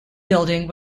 building